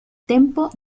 tempo